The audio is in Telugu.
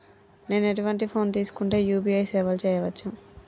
నేను ఎటువంటి ఫోన్ తీసుకుంటే యూ.పీ.ఐ సేవలు చేయవచ్చు?